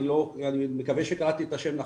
אני מקווה שקראתי את השם נכון,